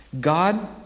God